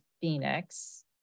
Phoenix